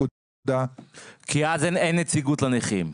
כי אז אין נציגות לנכים.